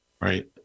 right